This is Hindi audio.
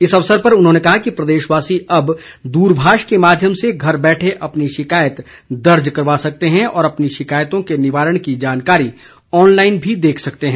इस अवसर पर उन्होंने कहा कि प्रदेशवासी अब दूरभाष के माध्यम से घर बैठे अपनी शिकायत दर्ज करवा सकते हैं और अपनी शिकायतों के निवारण की जानकारी ऑनलाईन भी देख सकते हैं